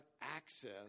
access